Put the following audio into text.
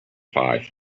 five